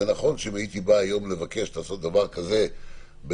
נכון שאם הייתי בא היום לבקש לעשות דבר כזה במסעדות,